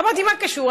אמרתי: מה קשור?